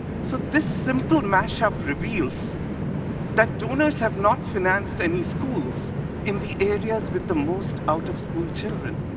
so this simple mashup reveals that donors have not financed any schools in the areas with the most out-of-school children,